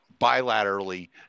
bilaterally